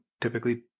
typically